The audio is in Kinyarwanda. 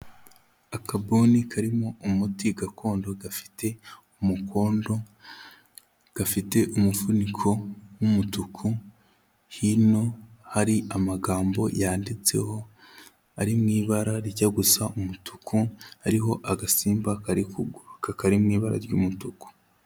Akabuni karimo umuti gakondo, gafite umukondo, gafite umufuniko w'umutuku, hino hari amagambo yanditseho, ari mu ibara rijya gusa umutuku, hariho agasimba kari kuguruka, kari mu ibara ry'umutuku.